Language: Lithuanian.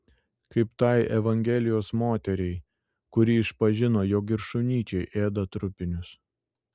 kaip tai evangelijos moteriai kuri išpažino jog ir šunyčiai ėda trupinius